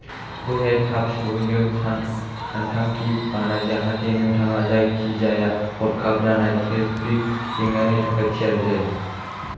बैहाय थाब सौहैनो सानथांखि बानाय जाहाते नोंथाङा जायखिजाया हरखाब जानाय ट्रेफिक जेंनानि थाखाय थियारि जायो